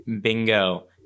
Bingo